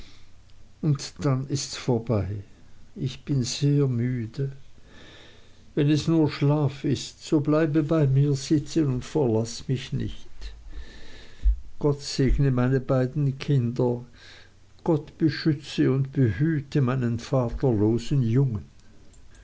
und dann ists vorbei ich bin sehr müde wenn es nur schlaf ist so bleibe bei mir sitzen und verlaß mich nicht gott segne meine beiden kinder gott beschütze und behüte meinen vaterlosen jungen